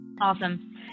Awesome